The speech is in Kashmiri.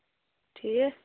ٹھیٖک